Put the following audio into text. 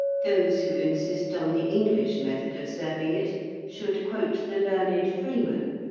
those who insist on the english method of serving it should quote the learned freeman,